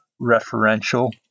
referential